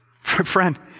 Friend